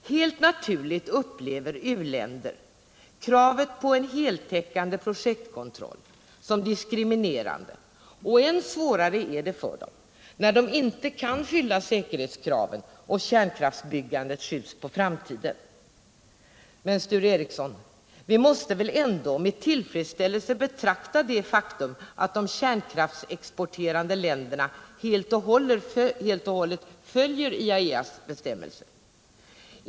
Helt naturligt upplever u-länderna kravet på en heltäckande projektkontroll som diskriminerande, och än svårare är det för dem när de inte kan uppfylla säkerhetskraven och kärnkraftsbyggandet skjuts på framtiden. Men, Sture Ericson, vi måste väl ändå med tillfredsställelse betrakta det faktum att de kärnkraftsexporterande länderna helt och hållet följer IAEA:s bestämmelser.